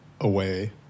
away